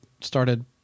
started